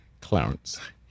Clarence